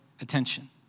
attention